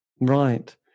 Right